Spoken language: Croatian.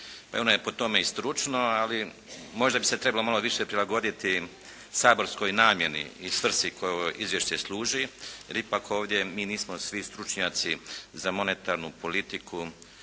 I ono je po tome i stručno, ali možda bi se trebalo malo više prilagoditi saborskoj namjeni i svrsi kojoj ovo Izvješće služi. Jer ipak ovdje mi nismo svi stručnjaci za monetarnu politiku